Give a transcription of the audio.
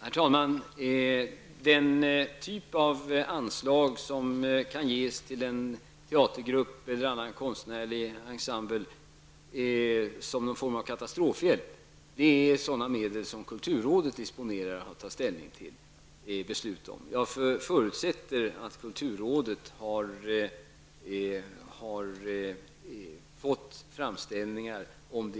Herr talman! Den typ av anslag som kan ges till en teatergrupp eller annan konstnärlig ensemble som någon form av katastrofhjälp är sådana medel vars disposition kulturrådet tar beslut om. Jag förutsätter att kulturrådet har fått framställningar om